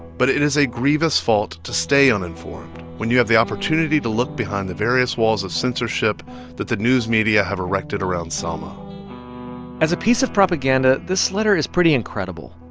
but it is a grievous fault to stay uninformed when you have the opportunity to look behind the various walls of censorship that the news media have erected around selma as a piece of propaganda, this letter is pretty incredible,